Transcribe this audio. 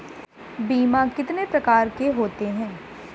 बीमा कितने प्रकार के होते हैं?